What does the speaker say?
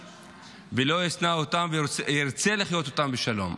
ולא ישנא אותם וירצה לחיות איתם בשלום.